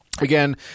Again